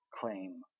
claim